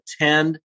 attend